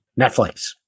Netflix